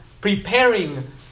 preparing